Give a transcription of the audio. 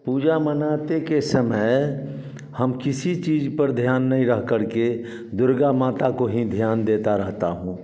पूजा मानते के समय हम किसी छीज पर ध्यान नहीं रख कर के दुर्गा माता का ही ध्यान देता रहता हूँ